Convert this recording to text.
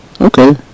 Okay